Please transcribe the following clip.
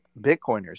Bitcoiners